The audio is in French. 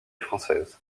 française